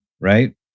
Right